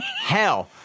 Hell